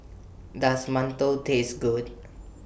Does mantou Taste Good